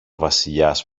βασιλιάς